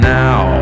now